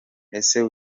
ese